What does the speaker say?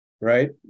right